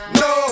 no